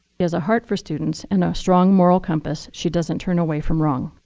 she has a heart for students and a strong moral compass. she doesn't turn away from wrong.